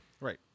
Right